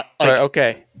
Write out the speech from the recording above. Okay